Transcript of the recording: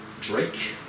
Drake